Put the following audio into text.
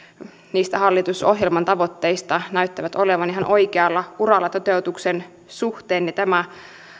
niistä hallitusohjelman tavoitteista näyttävät olevan ihan oikealla uralla toteutuksen suhteen ja tämä